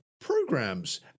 programs